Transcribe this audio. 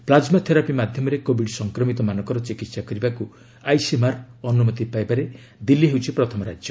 plasma therapy ମାଧ୍ୟମରେ Covid ସଂକ୍ରମିତମାନଙ୍କର ଚିକିତ୍ସା କରିବାକୁ ଆଇସିଏମ୍ଆର୍ର ଅନୁମତି ପାଇବାରେ ଦିଲ୍ଲୀ ହେଉଛି ପ୍ରଥମ ରାଜ୍ୟ